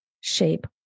shape